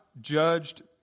judged